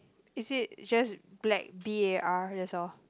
is it just black b_a_r that's all